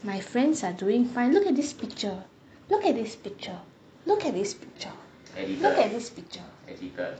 my friends are doing fine look at this picture look at this picture look at this picture look at this picture